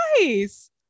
nice